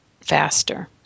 faster